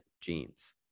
genes